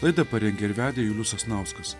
laidą parengė ir vedė julius sasnauskas